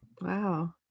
Wow